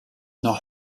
not